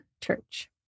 Church